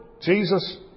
Jesus